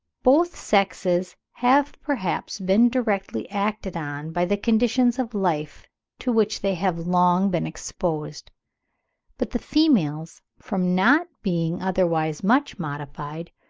both sexes have perhaps been directly acted on by the conditions of life to which they have long been exposed but the females from not being otherwise much modified,